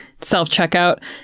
self-checkout